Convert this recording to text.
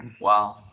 Wow